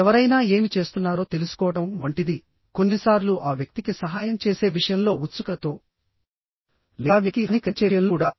ఎవరైనా ఏమి చేస్తున్నారో తెలుసుకోవడం వంటిది కొన్నిసార్లు ఆ వ్యక్తికి సహాయం చేసే విషయంలో ఉత్సుకతతో లేదా వ్యక్తికి హాని కలిగించే విషయంలో కూడా